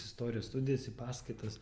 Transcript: istorijos studijas į paskaitas